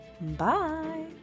Bye